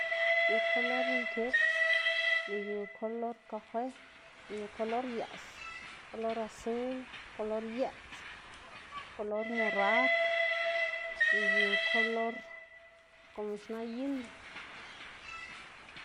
Yu kolor nkits y yu kolor kafe, yu kolor yaꞌs, kolor azul, kolor yeꞌts, kolor morad y yu kolor komo xna inda.